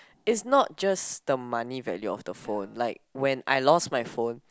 it's not just the money value of the phone like when I lost my phone